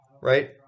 right